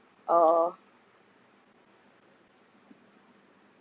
orh